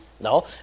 No